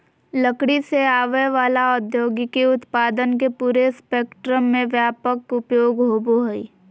लकड़ी से आवय वला औद्योगिक उत्पादन के पूरे स्पेक्ट्रम में व्यापक उपयोग होबो हइ